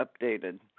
updated